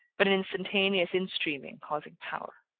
but an instantaneous in-streaming causing power.